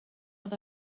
oedd